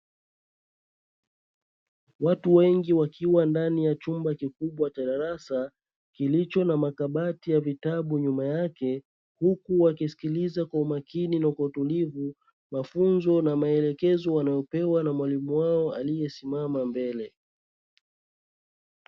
Watu wengi wakiwa ndani ya chumba kikubwa cha darasa kilicho na makabati ya vitabu nyuma yake. Huku wakisikiliza kwa makini na kutulivu mafunzo na maelekezo, wanayopewa na mwalimu wao aliyesimama mbele.